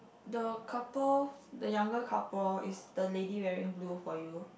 the couple the younger couple is the lady wearing blue for you